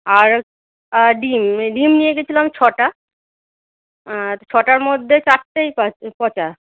আর আর ডিম ডিম নিয়ে গিয়েছিলাম ছটা আর ছটার মধ্যে চারটেই পচা